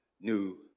New